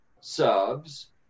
subs